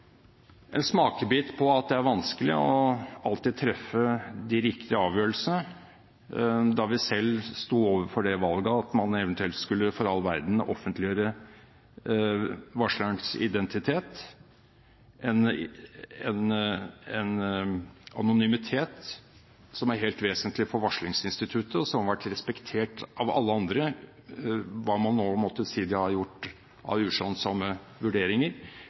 en smakebit på at det er vanskelig alltid å treffe de riktige avgjørelsene, da vi selv stod overfor et valg hvor man eventuelt for all verden skulle offentliggjøre varslerens identitet, en anonymitet som er helt vesentlig for varslingsinstituttet, og som har vært respektert av alle andre – hva man nå måtte si er gjort av uskjønnsomme vurderinger,